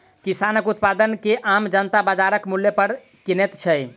किसानक उत्पाद के आम जनता बाजारक मूल्य पर किनैत छै